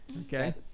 Okay